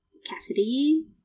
Cassidy